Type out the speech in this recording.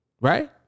Right